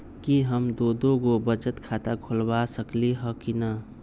कि हम दो दो गो बचत खाता खोलबा सकली ह की न?